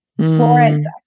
Florence